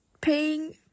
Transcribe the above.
paying